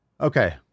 Okay